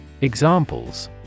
Examples